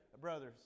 brothers